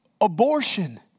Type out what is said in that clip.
abortion